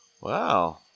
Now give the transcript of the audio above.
Wow